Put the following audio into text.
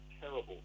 terrible